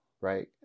Right